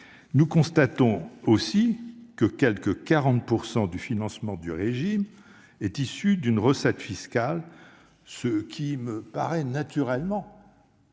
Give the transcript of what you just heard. Nous constatons en outre que quelque 40 % du financement du régime sont issus d'une recette fiscale, ce qui me paraît naturellement